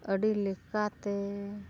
ᱟᱹᱰᱤ ᱞᱮᱠᱟᱛᱮ